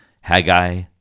haggai